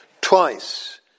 twice